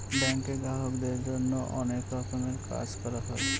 ব্যাঙ্কে গ্রাহকদের জন্য অনেক রকমের কাজ করা হয়